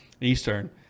Eastern